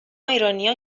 ایرانیا